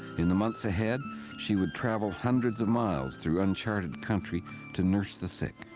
in the months ahead she would travel hundreds of miles through unchartered country to nurse the sick.